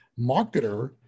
marketer